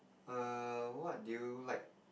err what do you like